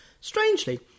Strangely